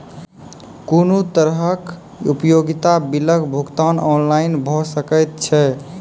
कुनू तरहक उपयोगिता बिलक भुगतान ऑनलाइन भऽ सकैत छै?